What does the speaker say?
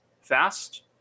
fast